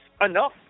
enough